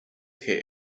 hit